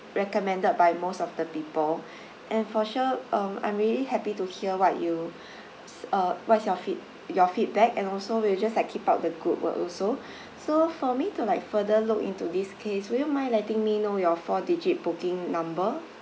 recommended by most of the people and for sure um I'm really happy to hear what you s~ uh what's your feed~ your feedback and also will just like keep up the good work also so for me to like further look into this case will you mind letting me know your four digit booking number